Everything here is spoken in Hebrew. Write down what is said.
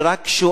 אני רק שואל: